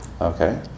Okay